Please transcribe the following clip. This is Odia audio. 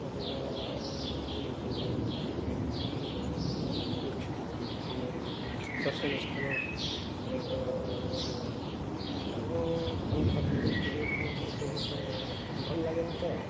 ନଦୀ ନାଳ ଝରଣା ଏମିତି ଯେଉଁ ଟୁରିଷ୍ଟ ଦର୍ଶନୀୟ ସ୍ଥାନ ମାନଙ୍କର ଯେଉଁ ଅଛି ସେଜାଗାକୁ ପ୍ରାକୃତିକ ସୌନ୍ଦର୍ଯ୍ୟ ଉପଭୋଗ କରିବା ପାଇଁ ଭଲ ଲାଗେ ମୋତେ ଆଉ